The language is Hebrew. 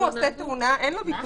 אם הוא עושה תאונה, אין לו ביטוח.